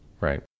Right